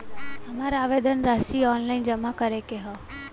हमार आवेदन राशि ऑनलाइन जमा करे के हौ?